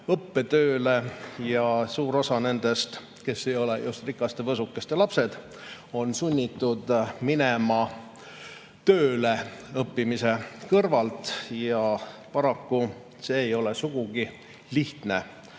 õppetööle ja suur osa nendest, kes ei ole just rikaste võsukeste lapsed, on sunnitud minema õppimise kõrvalt tööle. Paraku ei ole sugugi lihtne